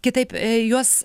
kitaip juos